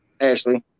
Ashley